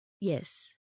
Yes